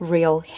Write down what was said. Real